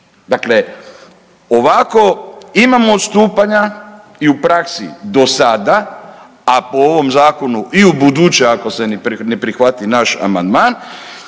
Dakle, ovako imamo odstupanja i u praksi do sada, a po ovom zakonu i ubuduće ako se ne prihvati naš amandman,